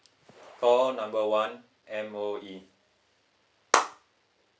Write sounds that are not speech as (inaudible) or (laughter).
call number one M_O_E (noise)